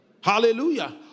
Hallelujah